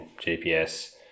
gps